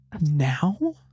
Now